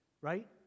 right